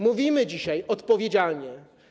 Mówimy dzisiaj odpowiedzialnie.